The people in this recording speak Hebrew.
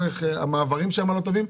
המעברים שם לא טובים.